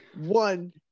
one